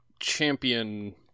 Champion